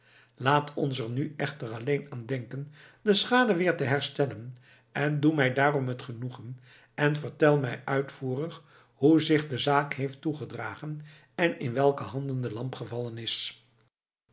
laat ons er nu echter alleen aan denken de schade weer te herstellen en doe mij daarom het genoegen en vertel mij uitvoerig hoe zich de zaak heeft toegedragen en in welke handen de lamp gevallen is